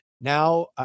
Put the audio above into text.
Now